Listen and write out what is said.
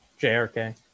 JRK